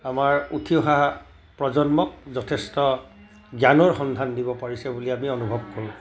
আমাৰ উঠি অহা প্ৰজন্মক যথেষ্ট জ্ঞানৰ সন্ধান দিব পাৰিছে বুলি আমি অনুভৱ কৰোঁ